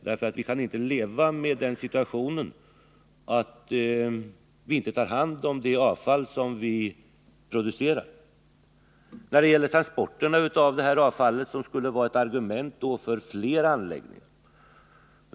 Vi kan inte leva med den situationen att vi inte tar hand om det avfall som produceras. Transporterna av detta avfall har nämnts som ett argument för att det skall finnas flera anläggningar.